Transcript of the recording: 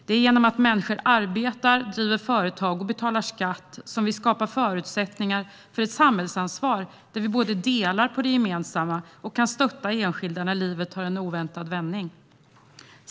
Det är genom att människor arbetar, driver företag och betalar skatt som vi skapar förutsättningar för ett samhällsansvar där vi både delar på det gemensamma och kan stötta enskilda när livet tar en oväntad vändning.